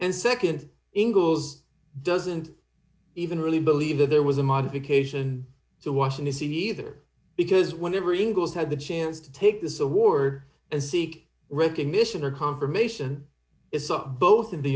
and nd ingles doesn't even really believe that there was a modification so watching this either because whenever ingles had the chance to take this award and seek recognition or confirmation it's up both in the